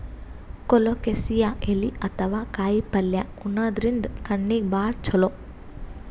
colocasia ಎಲಿ ಅಥವಾ ಕಾಯಿಪಲ್ಯ ಉಣಾದ್ರಿನ್ದ ಕಣ್ಣಿಗ್ ಭಾಳ್ ಛಲೋ